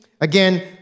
again